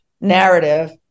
narrative